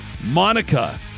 Monica